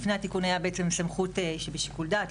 לפני התיקון הייתה סמכות שבשיקול דעת,